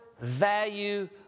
value